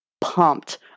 pumped